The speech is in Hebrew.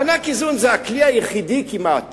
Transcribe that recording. מענק איזון זה הכלי היחידי כמעט